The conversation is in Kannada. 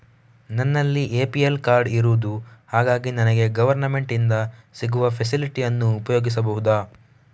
ನನ್ನಲ್ಲಿ ಎ.ಪಿ.ಎಲ್ ಕಾರ್ಡ್ ಇರುದು ಹಾಗಾಗಿ ನನಗೆ ಗವರ್ನಮೆಂಟ್ ಇಂದ ಸಿಗುವ ಫೆಸಿಲಿಟಿ ಅನ್ನು ಉಪಯೋಗಿಸಬಹುದಾ?